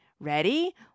Ready